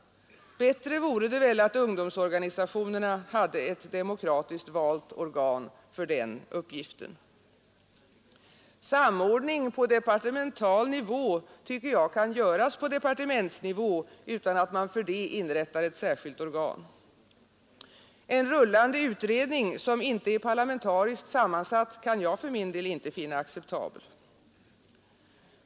Bättre vore att ungdomsorganisationerna hade ett demokratiskt valt organ för den uppgiften. Samordning på departemental nivå tycker jag kan göras utan att man för det inrättar ett särskilt organ. En rullande utredning, som inte är parlamentariskt sammansatt, kan jag för min del inte finna acceptabel.